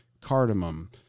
cardamom